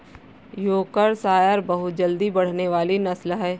Yorkshire बहुत जल्दी बढ़ने वाली नस्ल है